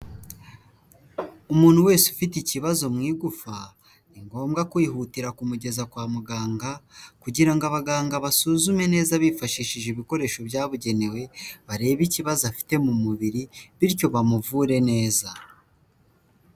Umuntu wese ufite ikibazo mu igufa ni ngombwa kwihutira kumugeza kwa muganga, kugira ngo abaganga basuzume neza bifashishije ibikoresho byabugenewe barebe ikibazo afite mu mubiri ,bityo bamuvure neza.